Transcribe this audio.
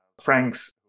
Franks